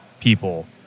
people